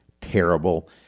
terrible